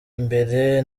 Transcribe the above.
imbere